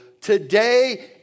Today